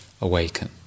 awaken